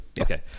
Okay